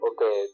Okay